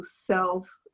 self